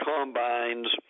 Combines